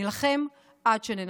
נילחם עד שננצח.